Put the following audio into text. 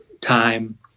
time